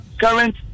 current